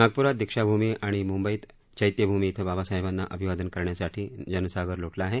नागपुरात दीक्षाभूमी आणि मुंबईत चैत्यभूमी इथं बाबासाहेबांना अभिवादन करण्यासाठी जनसागर लोटला आहे